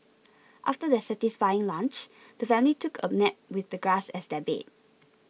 after their satisfying lunch the family took a nap with the grass as their bed